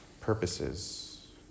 purposes